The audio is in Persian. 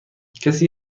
کسی